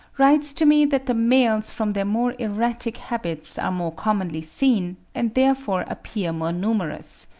writes to me that the males from their more erratic habits are more commonly seen, and therefore appear more numerous.